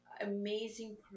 amazing